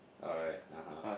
alright ah har